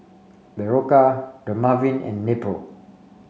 Berocca Dermaveen and Nepro